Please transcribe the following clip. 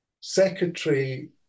secretary